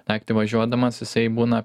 naktį važiuodamas jisai būna